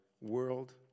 world